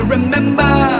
Remember